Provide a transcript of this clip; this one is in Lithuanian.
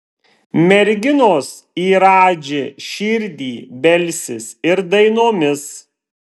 merginos į radži širdį belsis ir dainomis